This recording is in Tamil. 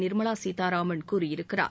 நிர்மலா சீத்தாராமன் கூறியிருக்கிறார்